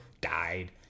died